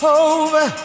over